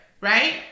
right